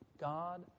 God